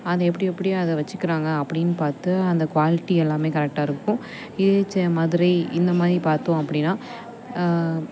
அதை எப்படி எப்படியோ அதை வெச்சிக்கிறாங்க அப்படின்னு பார்த்து அந்த குவாலிட்டி எல்லாம் கரெக்டாக இருக்கும் இதே மதுரை இந்தமாதிரி பார்த்தோம் அப்படின்னா